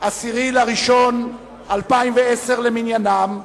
10 בינואר 2010 למניינם,